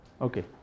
okay